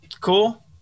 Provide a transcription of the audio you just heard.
cool